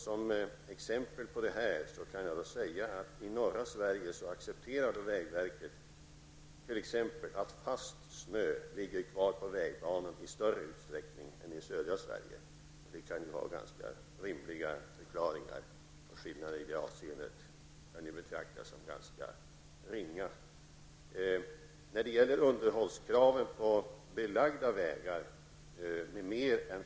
Som exempel på detta kan jag nämna att i norra Sverige accepterar vägverket i större utsträckning än i södra Sverige att t.ex. fast snö ligger kvar på vägarna. Det kan ha ganska rimliga förklaringar, och skillnaderna i detta avseende kan betraktas som ringa.